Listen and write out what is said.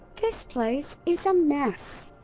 this place is a mess.